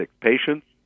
patients